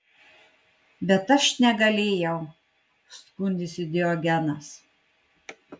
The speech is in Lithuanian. bet aš negalėjau skundėsi diogenas